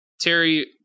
Terry